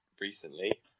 recently